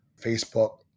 Facebook